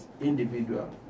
individual